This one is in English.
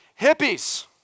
Hippies